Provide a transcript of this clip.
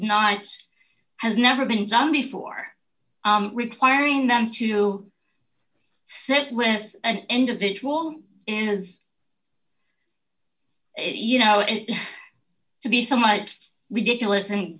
not has never been done before requiring them to sit with an individual as you know it to be somewhat ridiculous and